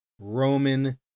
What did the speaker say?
Roman